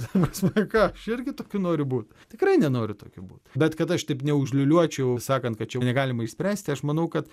ta prasme ką aš irgi tokiu noriu būt tikrai nenoriu tokiu būt bet kad aš taip neužliūliuočiau sakant kad čia jau negalima išspręsti aš manau kad